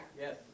Yes